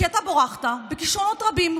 כי אתה בורכת בכישרונות רבים.